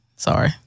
Sorry